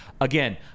Again